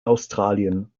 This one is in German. australien